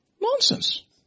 Nonsense